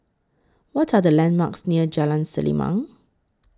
What Are The landmarks near Jalan Selimang